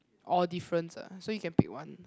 or difference ah so you can pick one